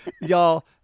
Y'all